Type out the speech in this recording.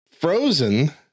Frozen